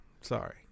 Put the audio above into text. Sorry